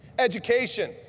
education